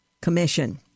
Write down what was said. Commission